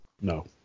no